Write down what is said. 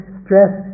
stress